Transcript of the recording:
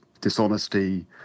dishonesty